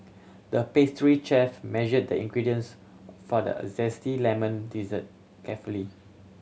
the pastry chef measured the ingredients for the zesty lemon dessert carefully